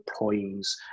employees